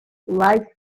lived